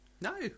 No